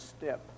step